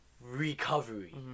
recovery